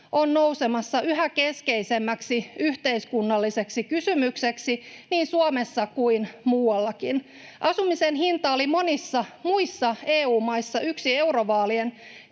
on nousemassa yhä keskeisemmäksi yhteiskunnalliseksi kysymykseksi niin Suomessa kuin muuallakin. Asumisen hinta oli monissa muissa EU-maissa yksi eurovaalien